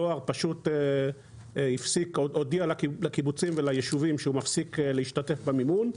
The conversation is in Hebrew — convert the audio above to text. הדואר פשוט הודיע ליישובים ולקיבוצים שהוא מפסיק להשתתף במימון.